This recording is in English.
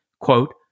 Quote